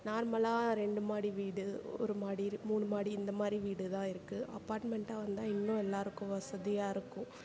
நார்மலாக ரெண்டு மாடி வீடு ஒரு மாடி மூணு மாடி இந்த மாதிரி வீடு தான் இருக்கு அப்பார்ட்மெண்டாக வந்தால் இன்னும் நல்லா இருக்கும் வசதியாக இருக்கும்